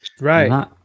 Right